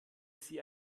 sie